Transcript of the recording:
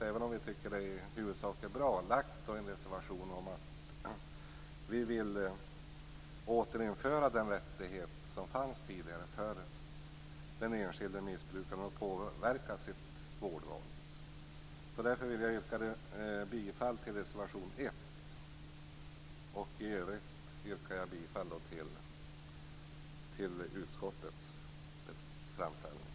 Även om vi tycker att detta betänkande i huvudsak är bra har vi avgivit en reservation till förmån för återinförande av den rättighet som den enskilde missbrukaren tidigare hade att påverka sitt vårdval. Jag yrkar bifall till reservation 1 och i övrigt till utskottets hemställan.